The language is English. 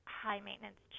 high-maintenance